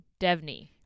devney